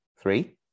Three